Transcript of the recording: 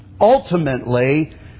Ultimately